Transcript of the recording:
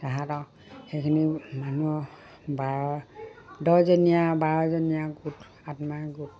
সিহঁতক সেইখিনি মানুহ বাৰ দহজনীয়া বাৰজনীয়া গোট আত্মসহায়ক গোট